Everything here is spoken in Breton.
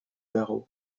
garo